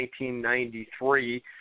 1993